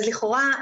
לכאורה,